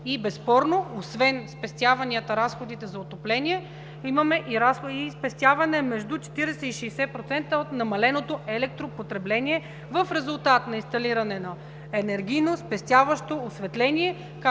Безспорно, освен спестяванията за разходите за отопление, имаме и спестяване между 40 и 60% от намаленото електропотребление в резултат на инсталиране на енергийно спестяващо осветление,